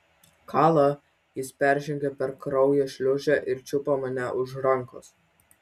kala jis peržengė per kraujo šliūžę ir čiupo mane už rankos